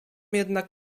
jednak